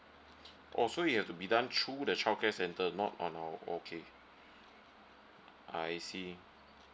oh so you have to be done through the childcare centre not on our okay I see